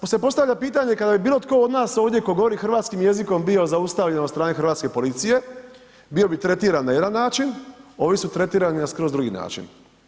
I onda se postavlja pitanje kada bi bilo tko od nas ovdje tko govori hrvatskim jezikom bio zaustavljen od strane Hrvatske policije bio bi tretiran na jedan način, ovi su tretirani na skroz drugi način.